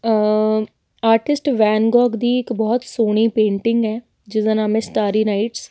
artist Van Gogh ਦੀ ਇੱਕ ਬਹੁਤ ਸੋਹਣੀ ਪੇਂਟਿੰਗ ਹੈ ਜਿਸਦਾ ਨਾਮ ਆ ਸਟਾਰੀ ਨਾਈਟਸ